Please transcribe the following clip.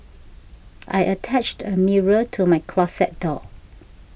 I attached a mirror to my closet door